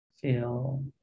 feel